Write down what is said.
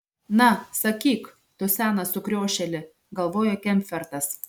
na sakyk tu senas sukriošėli galvojo kemfertas